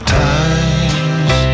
times